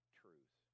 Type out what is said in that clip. truth